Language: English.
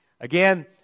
Again